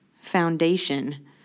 Foundation